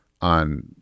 on